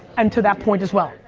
and to that point as well.